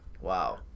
Wow